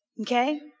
Okay